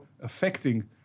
affecting